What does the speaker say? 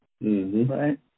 right